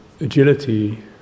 agility